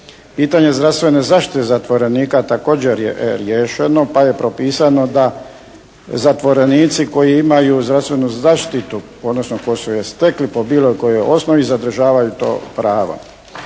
Pitanje zdravstvene zaštite zatvorenika također je riješeno pa je propisano da zatvorenici koji imaju zdravstvenu zaštitu odnosno ako su je stekli po bilo kojoj osnovi zadržavaju to pravo.